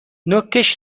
نوکش